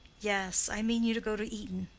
yes, i mean you to go to eton.